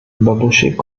babochet